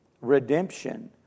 Redemption